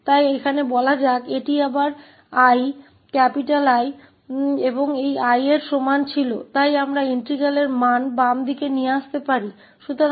तो यहाँ हम कहते हैं कि यह फिर से 𝐼 है और यह 𝐼 के बराबर था इसलिए यह 𝐼 हम इस इंटीग्रल के मूल्य को बाईं ओर ला सकते हैं